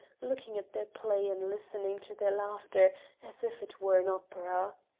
looking at their play and listening to their laughter as if it were an opera.